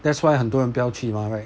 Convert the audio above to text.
that's why 很多人不要去 mah right